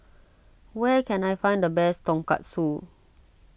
where can I find the best Tonkatsu